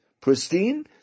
pristine